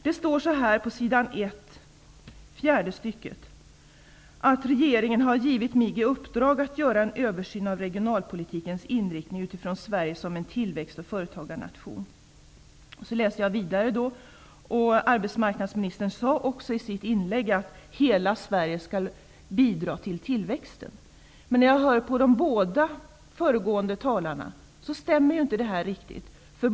Det står i svaret på s. 1 fjärde stycket: ''Regeringen har givit mig i uppdrag att göra en översyn av regionalpolitikens inriktning utifrån Sverige som en tillväxt och företagarnation.'' Vidare sade arbetsmarknadsministern att hela Sverige skall bidra till tillväxten. Men när jag hörde de båda föregående talarna, stämmer inte detta riktigt.